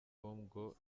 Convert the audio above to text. ngo